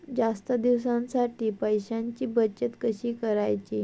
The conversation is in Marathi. जास्त दिवसांसाठी पैशांची बचत कशी करायची?